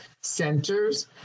centers